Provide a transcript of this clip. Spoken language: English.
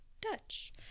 Dutch